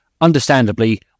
understandably